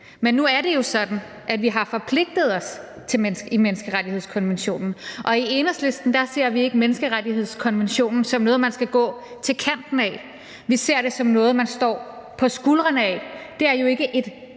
Men nu er det jo sådan, at vi har forpligtet os i menneskerettighedskonventionen, og i Enhedslisten ser vi ikke menneskerettighedskonventionen som noget, man skal gå til kanten af, men vi ser det som noget, man står på skuldrene af. Det er jo et